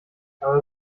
aber